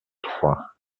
trois